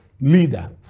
leader